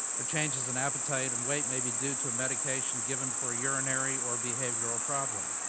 or changes in appetite and weight may be due to a medication given for a urinary or behavioral problem.